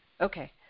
Okay